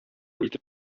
итеп